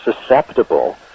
susceptible